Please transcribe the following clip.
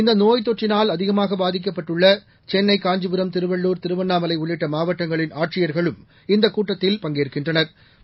இநத நோய் தொற்றினால் அதிகமாக பாதிக்கப்பட்டுள்ள சென்னை காஞ்சிபுரம் திருவள்ளூர் திருவண்ணாமலை உள்ளிட்ட மாவட்டங்களின் ஆட்சியா்களும் இந்த கூட்டத்தில் பங்கேற்கின்றனா்